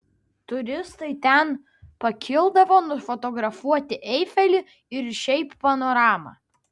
turistai ten pakildavo nufotografuoti eifelį ir šiaip panoramą